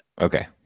Okay